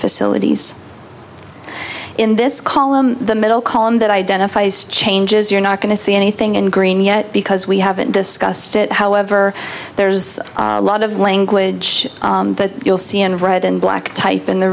facilities in this column the middle column that identifies changes you're not going to see anything in green yet because we haven't discussed it however there's a lot of language that you'll see in red and black type in the